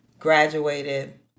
graduated